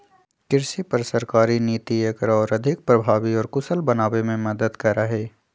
कृषि पर सरकारी नीति एकरा और अधिक प्रभावी और कुशल बनावे में मदद करा हई